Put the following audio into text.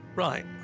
Right